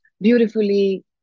beautifully